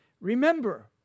Remember